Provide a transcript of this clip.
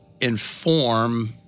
inform